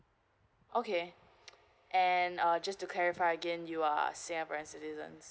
okay and uh just to clarify again you are singaporean citizens